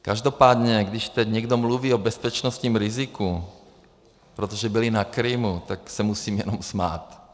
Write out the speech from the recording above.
Každopádně když teď někdo mluví o bezpečnostním riziku, protože byli na Krymu, tak se musím jenom usmát.